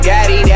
Daddy